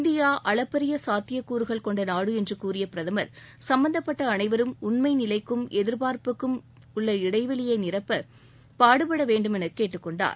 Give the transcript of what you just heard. India அளப்பரிய சாத்திய கூறுகள் கொண்ட நாடு என்று கூறிய பிரதமர் சும்மந்தப்பட்ட அனைவரும் உண்மை நிலைக்கும் எதிர்பார்ப்புக்கும் உள்ள இடைவெளியை நிரப்ப பாடுபட வேண்டுமென கேட்டுக்கொண்டார்